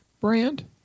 brand